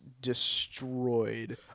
destroyed –